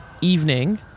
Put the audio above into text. evening